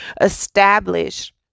establish